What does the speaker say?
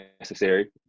necessary